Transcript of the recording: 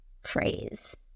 phrase